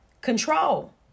control